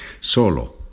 Solo